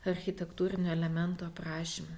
architektūrinio elemento aprašymo